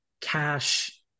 cash